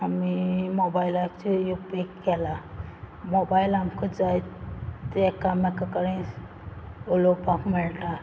आमी मोबायलाचे उपेग केला मोबायल आमकां जाय तें एकामेकां कडेन उलोवपाक मेळटा